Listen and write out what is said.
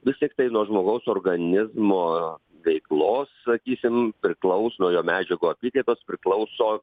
vis tiktai nuo žmogaus organizmo veiklos sakysim priklauso jo medžiagų apykaitos priklauso